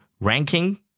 ranking